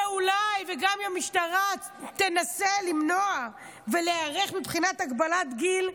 וגם אם המשטרה תנסה למנוע ולהיערך מבחינת הגבלת גיל,